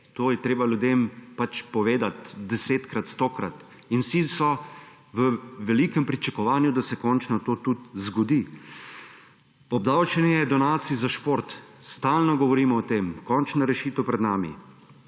To je treba ljudem povedati desetkrat, stokrat in vsi so v velikem pričakovanju, da se končno to tudi zgodi. Obdavčenje donacij za šport. Stalno govorimo o tem, končna rešitev je pred nami.